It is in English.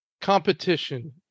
competition